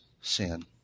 sin